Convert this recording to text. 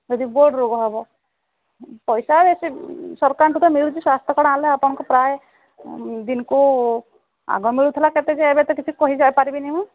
ଯଦି ବଡ଼ ରୋଗ ହେବ ପଇସା ବେଶି ସରକାରଠୁ ତ ମିଳୁଛି ସ୍ୱାସ୍ଥ୍ୟ କାର୍ଡ୍ ଆଣିଲେ ଆପଣଙ୍କୁ ପ୍ରାୟ ଦିନକୁ ଆଗ ମିଳୁଥିଲା କେତେ ଯେ ଏବେ ତ କିଛି କହିଯାଇ ପାରିବିନି ମୁଁ